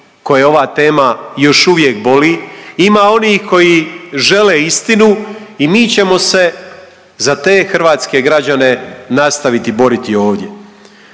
koje ova tema još uvijek boli, ima onih koji žele istinu i mi ćemo se za te hrvatske građane nastaviti boriti ovdje.